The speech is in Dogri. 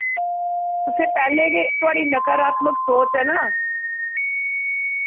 तुसें पैह्लें गै थोआड़ी नकारात्मक सोच ऐ ना